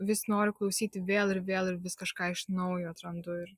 vis nori klausyti vėl ir vėl ir vis kažką iš naujo atrandu ir